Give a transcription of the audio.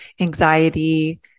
anxiety